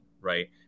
right